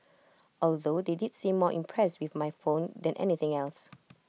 although they did seem more impressed with my phone than anything else